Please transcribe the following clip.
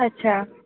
अच्छा